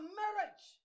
marriage